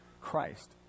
Christ